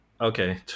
Okay